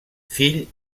fill